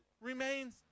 remains